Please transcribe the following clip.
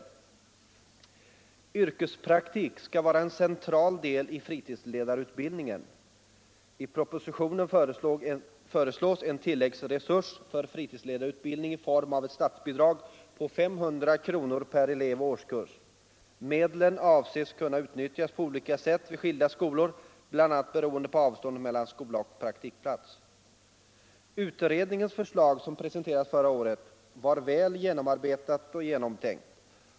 Yrkespraktik skall vara en central del i fritidsledarutbildningen. I propositionen föreslås en tilläggsresurs för fritidsledarutbildningen i form av ett statsbidrag på 500 kr. per elev och årskurs. Medlen avses kunna utnyttjas på olika sätt vid skilda skolor, bl.a. beroende på avståndet mellan skola och praktikplats. Utredningens förslag, som presenterades förra året, var väl genomarbetat och genomtänkt.